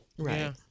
Right